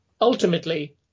Ultimately